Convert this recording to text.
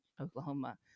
Oklahoma